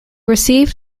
received